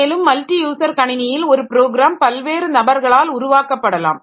மேலும் multi user கணினியில் ஒரு ப்ரோக்ராம் பல்வேறு நபர்களால் உருவாக்கப்படலாம்